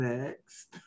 Next